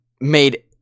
made